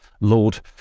Lord